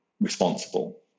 responsible